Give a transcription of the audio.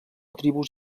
tribus